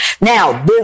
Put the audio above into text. Now